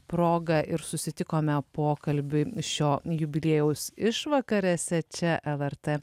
proga ir susitikome pokalbiui šio jubiliejaus išvakarėse čia lrt